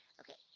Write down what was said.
okay,